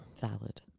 valid